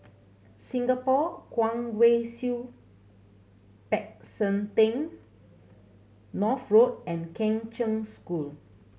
Singapore Kwong Wai Siew Peck San Theng North Road and Kheng Cheng School